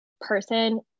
person